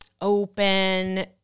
open